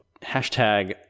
hashtag